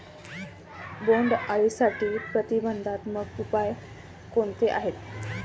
बोंडअळीसाठी प्रतिबंधात्मक उपाय कोणते आहेत?